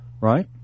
Right